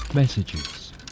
Messages